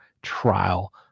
trial